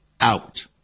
out